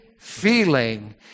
feeling